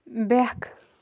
بٮ۪کھ